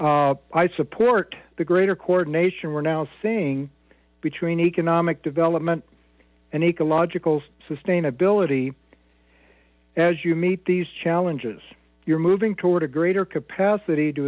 her i support the greater coordination we're now seeing between economic development and ecological sustainability as you meet these challenges you're moving toward a greater capacity to